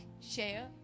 share